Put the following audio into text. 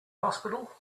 hospital